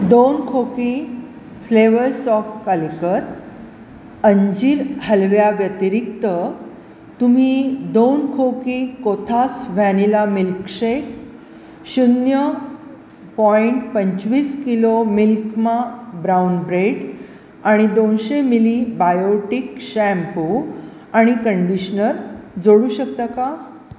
दोन खोकी flavours of Calicut अंजीर हलव्याव्यतिरिक्त तुम्ही दोन खोकी कोथास व्हॅनिला मिल्कशेक शून्य पॉइंट पंचवीस किलो मिल्कमा ब्राउन ब्रेड आणि दोनशे मिली बायोटिक शॅम्पू आणि कंडिशनर जोडू शकता का